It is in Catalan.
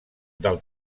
del